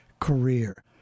career